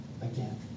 again